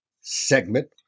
segment